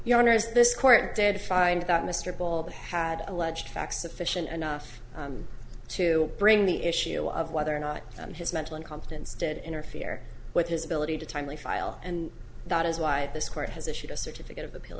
your honor is this court did find that mr ball had alleged facts sufficient enough to bring the issue of whether or not and his mental incompetence did interfere with his ability to timely file and that is why this court has issued a certificate of appeal